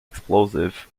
explosives